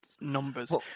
numbers